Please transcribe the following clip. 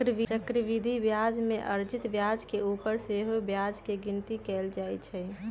चक्रवृद्धि ब्याज में अर्जित ब्याज के ऊपर सेहो ब्याज के गिनति कएल जाइ छइ